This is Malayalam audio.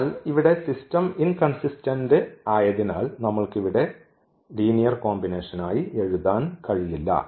അതിനാൽ ഇവിടെ സിസ്റ്റം ഇൻകൺസിസ്റ്റന്റ് ആയതിനാൽ നമ്മൾക്ക് ഇവിടെ ലീനിയർ കോമ്പിനേഷൻ ആയി എഴുതാൻ കഴിയില്ല